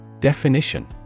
Definition